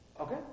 Okay